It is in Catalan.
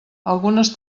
algunes